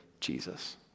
Jesus